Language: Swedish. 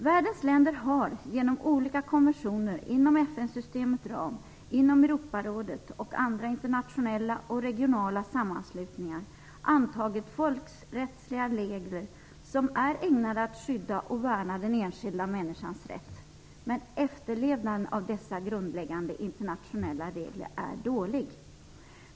Världens länder har genom olika konventioner inom FN-systemets ram, inom Europarådet och inom andra internationella och regionala sammanslutningar antagit folkrättsliga regler som är ägnade att skydda och värna den enskilda människans rätt. Men efterlevnaden av dessa grundläggande internationella regler är dålig.